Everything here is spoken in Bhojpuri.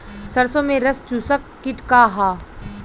सरसो में रस चुसक किट का ह?